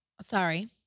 sorry